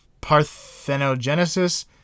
parthenogenesis